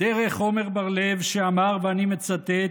דרך עמר בר לב שאמר, אני מצטט: